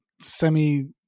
semi